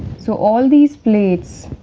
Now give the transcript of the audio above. so all these plates,